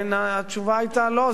התשובה היתה: לא,